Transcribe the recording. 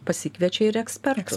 pasikviečia ir ekspertus